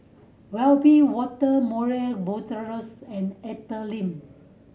Wiebe Wolter Murray Buttrose and Arthur Lim